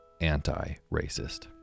anti-racist